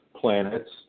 planets